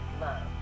love